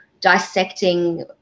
dissecting